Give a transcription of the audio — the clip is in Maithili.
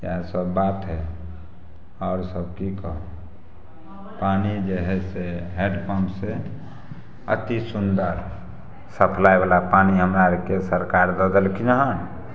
इएह सब बात है आओर सब कि कहु पानि जे है से हैडपम्प से अतिसुन्दर सप्लाय बला पानि हमरा आरके सरकार दऽ देलखिन हँ